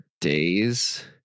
days